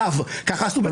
אגב, ככה עשו בקנדה.